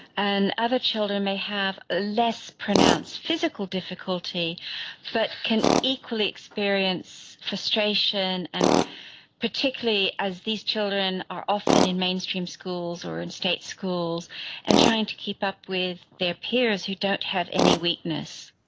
and other children may have a less pronounced physical difficulty but can equally experience frustration and particularly as these children are often in mainstream schools or in state schools and trying to keep up with their peers who don't have any weakness.